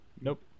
nope